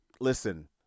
Listen